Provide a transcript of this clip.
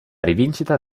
rivincita